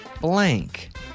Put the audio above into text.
blank